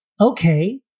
okay